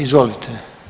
Izvolite.